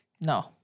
No